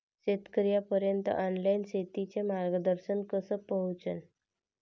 शेतकर्याइपर्यंत ऑनलाईन शेतीचं मार्गदर्शन कस पोहोचन?